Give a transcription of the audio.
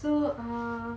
so ah